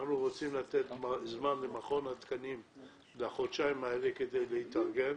אנחנו רוצים לתת זמן למכון התקנים בחודשיים האלה להתארגן,